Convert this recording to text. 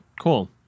cool